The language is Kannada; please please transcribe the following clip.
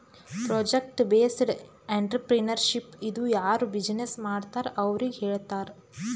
ಪ್ರೊಜೆಕ್ಟ್ ಬೇಸ್ಡ್ ಎಂಟ್ರರ್ಪ್ರಿನರ್ಶಿಪ್ ಇದು ಯಾರು ಬಿಜಿನೆಸ್ ಮಾಡ್ತಾರ್ ಅವ್ರಿಗ ಹೇಳ್ತಾರ್